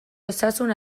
osasun